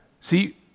see